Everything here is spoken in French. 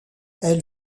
elle